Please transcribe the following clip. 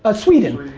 ah sweden,